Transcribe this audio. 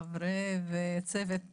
חברי וצוות הוועדה,